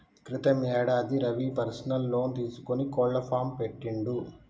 క్రితం యేడాది Ravi personal loan తీసుకొని కోళ్ల ఫాం పెట్టిండు